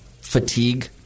fatigue